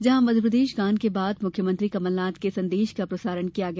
जहां मध्यप्रदेश गान के बाद मुख्यमंत्री कमलनाथ का संदेश का प्रसारण किया गया